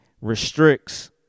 restricts